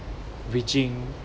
reaching